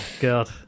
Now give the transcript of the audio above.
god